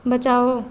बचाओ